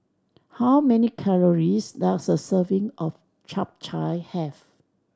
how many calories does a serving of Chap Chai have